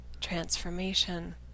transformation